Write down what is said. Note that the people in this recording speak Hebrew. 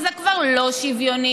אז זה כבר לא שוויוני,